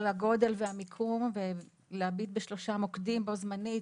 הגודל והמיקום להביט בשלושה מוקדים בו זמנית,